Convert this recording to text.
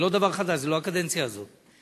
זה לא דבר חדש, זה לא מהקדנציה הזאת.